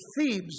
Thebes